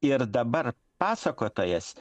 ir dabar pasakotojas